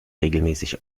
regelmäßig